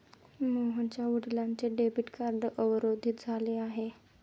मोहनच्या वडिलांचे debit card अवरोधित झाले आहे